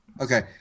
Okay